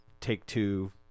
Take-Two